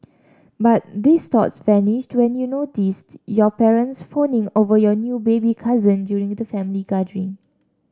but these thoughts vanished when you notice your parents fawning over your new baby cousin during the family gathering